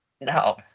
No